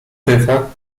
bywa